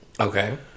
Okay